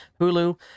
hulu